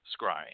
scrying